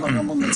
בסדר גמור.